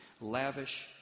lavish